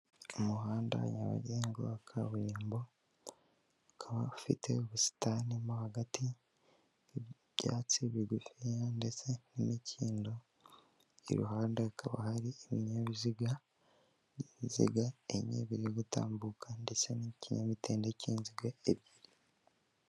Umuhanda nyabagendwa wa kaburimbo, ukaba ufite ubusitani mo hagati bw'ibyatsi bigufiya ndetse n'imikindo, iruhande hakaba hari ibinyabizigaziga by'inziga enye, biri gutambuka ndetse n'ikinyamitende cy'inziga ebyiri.